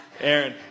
Aaron